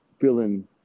feeling